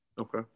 Okay